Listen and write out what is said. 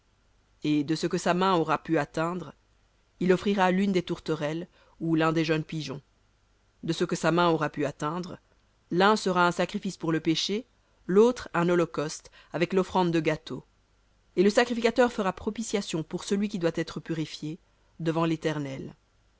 et de ce que sa main aura pu atteindre il offrira l'une des tourterelles ou l'un des jeunes pigeons de ce que sa main aura pu atteindre l'un sera un sacrifice pour le péché l'autre un holocauste avec l'offrande de gâteau et le sacrificateur fera propitiation pour celui qui doit être purifié devant l'éternel